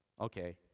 okay